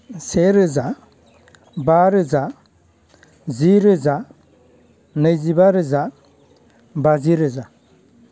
सेरोजा बारोजा जिरोजा नैजिबा रोजा बाजि रोजा